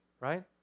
right